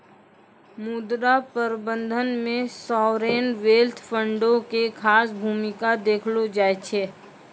मुद्रा प्रबंधन मे सावरेन वेल्थ फंडो के खास भूमिका देखलो जाय छै